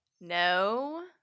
No